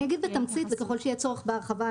אני אגיד בתמצית וככל שיהיה צורך בהרחבה,